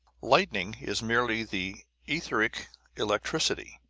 lightning is merely the etheric electricity,